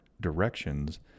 directions